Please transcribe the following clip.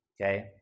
Okay